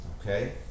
Okay